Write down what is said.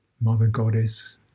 mother-goddess